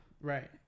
right